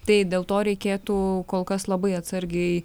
tai dėl to reikėtų kol kas labai atsargiai